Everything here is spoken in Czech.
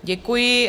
Děkuji.